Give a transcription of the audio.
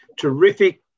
terrific